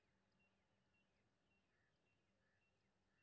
केतना लोन ले सके छीये?